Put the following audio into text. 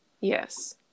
Yes